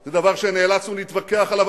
זה דבר שנאלצנו להתווכח עליו.